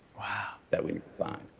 wow. that we find.